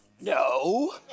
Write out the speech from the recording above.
No